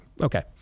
Okay